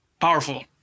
powerful